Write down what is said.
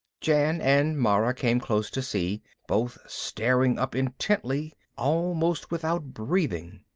jan and mara came close to see, both staring up intently, almost without breathing.